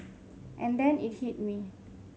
and then it hit me